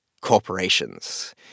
corporations